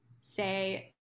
say